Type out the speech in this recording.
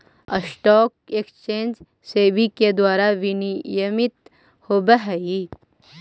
stock exchange SEBI के द्वारा विनियमित होवऽ हइ